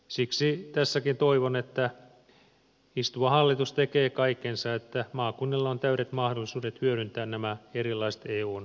siksi tässäkin toivon että istuva hallitus tekee kaikkensa että maakunnilla on täydet mahdollisuudet hyödyntää nämä erilaiset eun rahoitusmuodot